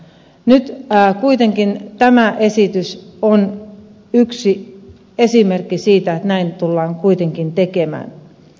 nyt kuitenkin tämä esitys on yksi esimerkki siitä että näin tullaan kuitenkin tekemään